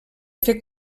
fer